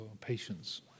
patience